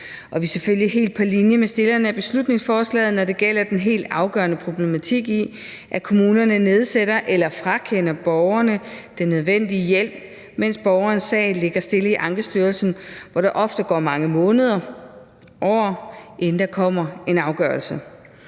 helt på linje med stillerne af beslutningsforslaget, når det gælder den helt afgørende problematik i, at kommunerne nedsætter eller frakender borgerne den nødvendige hjælp, mens borgerens sag ligger stille i Ankestyrelsen, hvor der ofte går mange måneder, eller år, inden der kommer en afgørelse.